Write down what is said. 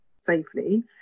safely